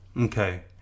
okay